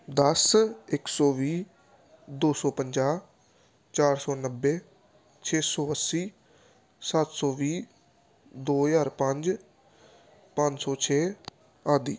ਦਸ ਇੱਕ ਸੌ ਵੀਹ ਦੋ ਸੌ ਪੰਜਾਹ ਚਾਰ ਸੌ ਨੱਬੇ ਛੇ ਸੌ ਅੱਸੀ ਸੱਤ ਸੌ ਵੀਹ ਦੋ ਹਜ਼ਾਰ ਪੰਜ ਪੰਜ ਸੌ ਛੇ ਆਦਿ